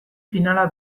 finala